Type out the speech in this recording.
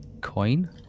coin